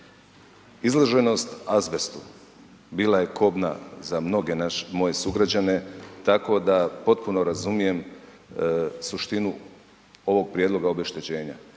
Izloženost azbestu bila je kobna za mnoge naše, moje sugrađane tako da potpuno razumijem suštinu ovog prijedloga obeštećenja.